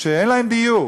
שאין להם דיור